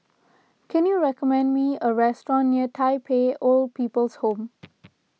can you recommend me a restaurant near Tai Pei Old People's Home